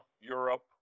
Europe